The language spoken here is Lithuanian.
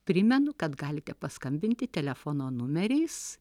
primenu kad galite paskambinti telefono numeriais